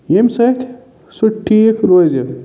ییٚمہِ سۭتۍ سُہ ٹھیٖک روزِ